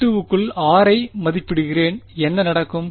V2க்குள் r ஐ மதிப்பிடுகிறேன் என்ன நடக்கும்